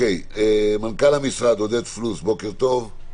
מנכ"ל המשרד עודד פלוס, בוקר טוב.